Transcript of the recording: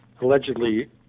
allegedly